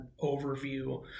overview